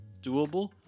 doable